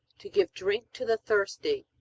to give drink to the thirsty,